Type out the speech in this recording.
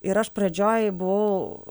ir aš pradžioj buvau